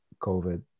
COVID